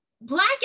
black